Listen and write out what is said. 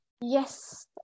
yes